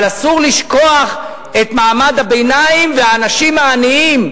אבל אסור לשכוח את מעמד הביניים והאנשים העניים,